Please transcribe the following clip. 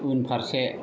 उनफारसे